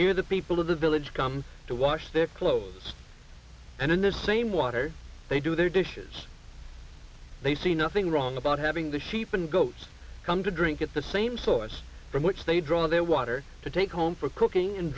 here the people of the village come to wash their clothes and in the same water they do their dishes they see nothing wrong about having the sheep and goats come to drink at the same source from which they draw their water to take home for cooking and